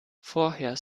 vorher